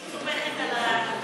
אני סומכת על השרה.